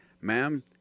ma'am